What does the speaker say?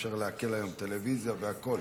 שאי-אפשר היום לעקל טלוויזיה והכול.